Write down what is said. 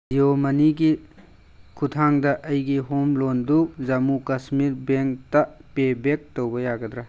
ꯖꯤꯑꯣ ꯃꯅꯤꯒꯤ ꯈꯨꯊꯥꯡꯗ ꯑꯩꯒꯤ ꯍꯣꯝ ꯂꯣꯟꯗꯨ ꯖꯝꯃꯨ ꯀꯥꯁꯃꯤꯔ ꯕꯦꯡꯛꯗ ꯄꯦ ꯕꯦꯛ ꯇꯧꯕ ꯌꯥꯒꯗ꯭ꯔ